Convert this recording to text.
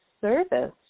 service